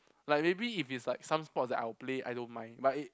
like maybe if it's like some sports that I'll play I don't mind but if